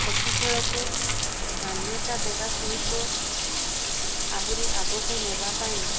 hockey ଖେଳକୁ ମାନ୍ୟତା ଦେବା ସହିତ ଆହୁରି ଆଗକୁ ନେବା ପାଇଁ